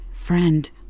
friend